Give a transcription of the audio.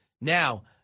now